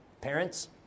Parents